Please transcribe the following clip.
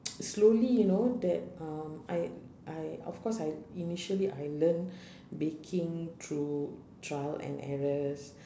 slowly you know that um I I of course I initially I learn baking through trial and errors